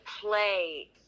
play